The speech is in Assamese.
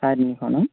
চাৰে তিনিশ ন